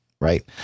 right